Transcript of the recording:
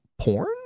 porn